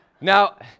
Now